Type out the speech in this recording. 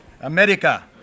America